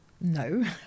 No